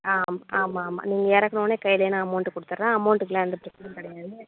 ஆ ஆம் ஆமாம் ஆமாம் நீங்கள் இறக்குநோனே உடனையே கைலையே நான் அமவுண்டு கொடுத்துறேன் அமவுண்டுக்குலாம் எந்த பிரச்சனையும் கிடையாது